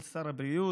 לידי.